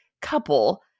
couple